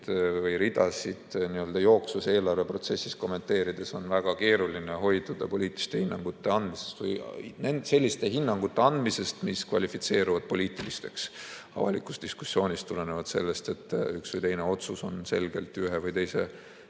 või -ridasid jooksvas eelarveprotsessis kommenteerides on väga keeruline hoiduda poliitiliste hinnangute andmisest või selliste hinnangute andmisest, mis kvalifitseeruvad avalikus diskussioonis poliitilisteks, kuna üks või teine otsus on selgelt ühe või teise